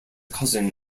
cousin